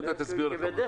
עוד מעט אסביר לך משהו,